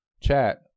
chat